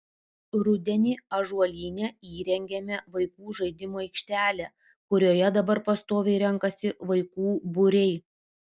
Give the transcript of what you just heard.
rudenį ąžuolyne įrengėme vaikų žaidimų aikštelę kurioje dabar pastoviai renkasi vaikų būriai